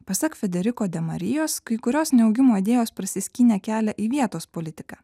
pasak federiko demarijos kai kurios neaugimo idėjos prasiskynė kelią į vietos politiką